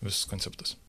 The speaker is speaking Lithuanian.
visus konceptus